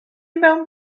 mewn